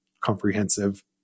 comprehensive